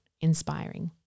inspiring